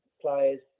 players